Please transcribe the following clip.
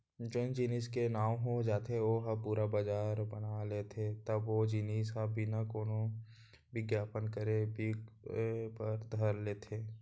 जेन जेनिस के नांव हो जाथे ओ ह पुरा बजार बना लेथे तब ओ जिनिस ह बिना कोनो बिग्यापन करे बिके बर धर लेथे